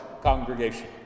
congregation